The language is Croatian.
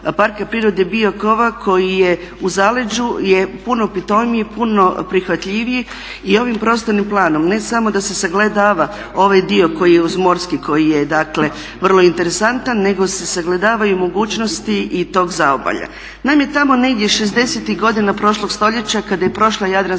Parka prirode Biokovo koji je u zaleđu je puno pitomiji, puno prihvatljiviji i ovim prostornim planom ne samo da se sagledava ovaj dio koji je uz morski, koji je dakle vrlo interesantan, nego se sagledavaju i mogućnosti i tog zaobalja. Naime, tamo negdje 60.tih godina prošlog stoljeća kada je prošla Jadranska